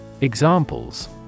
Examples